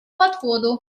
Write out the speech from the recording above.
подходу